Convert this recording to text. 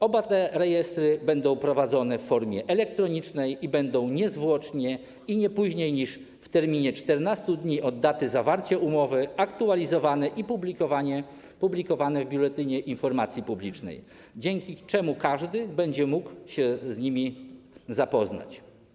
Oba te rejestry będą prowadzone w formie elektronicznej i będą niezwłocznie i nie później niż w terminie 14 dni od daty zawarcia umowy aktualizowane i publikowane w Biuletynie Informacji Publicznej, dzięki czemu każdy będzie mógł się z nimi zapoznać.